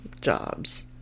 jobs